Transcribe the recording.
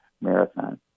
marathon